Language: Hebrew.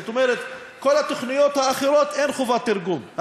זאת אומרת, כל התוכניות האחרות, אין חובת תרגום.